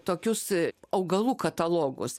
tokius augalų katalogus